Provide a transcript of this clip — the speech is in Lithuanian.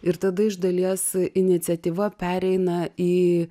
ir tada iš dalies iniciatyva pereina į